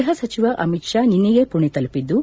ಗ್ವಹ ಸಚಿವ ಅಮಿತ್ ಶಾ ನಿನ್ನೆಯೇ ಮಣೆ ತಲುಪಿದ್ದು